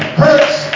hurts